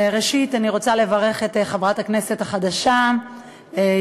ראשית, אני רוצה לברך את חברת הכנסת החדשה יעל.